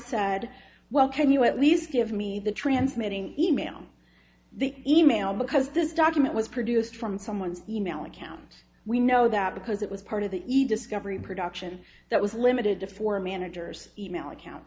said well can you at least give me the transmitting e mail the e mail because this document was produced from someone's e mail account we know that because it was part of the ied discovery production that was limited to four managers e mail account